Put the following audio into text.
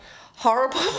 horrible